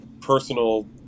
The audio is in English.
personal